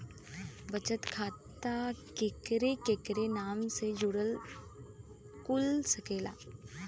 बचत खाता केकरे केकरे नाम से कुल सकेला